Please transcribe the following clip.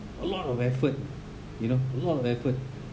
a lot of effort you know a lot of effort